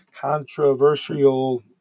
controversial